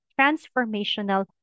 transformational